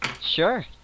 Sure